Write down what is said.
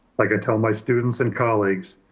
like i tell my students and colleagues,